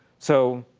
so,